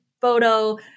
photo